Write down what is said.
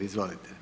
Izvolite.